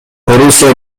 орусия